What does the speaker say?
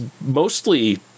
mostly